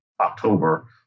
October